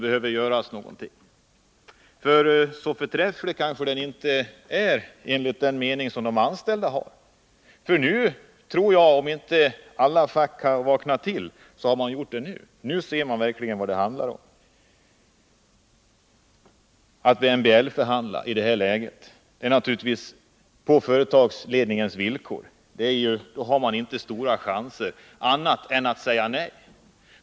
Men så förträfflig kanske den inte är enligt de anställdas mening. Om inte alla fack hade vaknat till tidigare, så har de gjort det nu, och nu ser de verkligen vad det handlar om. Att MBL-förhandla i det läget är naturligtvis att förhandla på företagsledningens villkor, och då har de anställda inte stora chanser till annat än att säga nej.